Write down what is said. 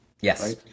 Yes